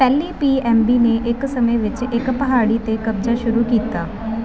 ਪਹਿਲੀ P M B ਨੇ ਇੱਕ ਸਮੇਂ ਵਿੱਚ ਇੱਕ ਪਹਾੜੀ 'ਤੇ ਕਬਜ਼ਾ ਸ਼ੁਰੂ ਕੀਤਾ